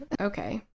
Okay